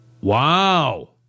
Wow